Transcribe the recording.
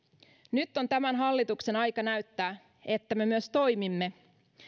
nyt on tämän hallituksen aika näyttää että me myös toimimme